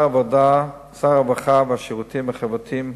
שר הרווחה והשירותים החברתיים,